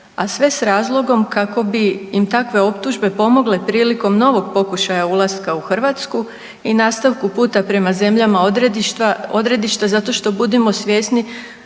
a sve s razlogom kako bi im takve optužbe pomogle prilikom novog pokušaja ulaska u Hrvatsku i nastavka puta prema zemljama odredišta zato što budimo svjesni